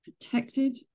protected